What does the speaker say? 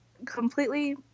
completely